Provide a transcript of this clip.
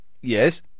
Yes